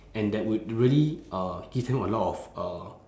and that would really uh give them a lot of uh